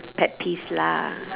pet peeves lah